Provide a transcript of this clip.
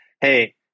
hey